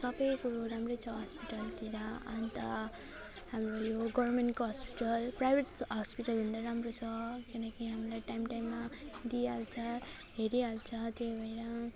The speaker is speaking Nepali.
सबै कुरो राम्रै हस्पिटलहरूतिर अन्त हाम्रो यो गभर्मेन्टको हस्पिटल प्राइभेट हस्पिटलभन्दा राम्रो छ किनकि हामीलाई टाइम टाइममा दिइहाल्छ हेरिहाल्छ त्यही भएर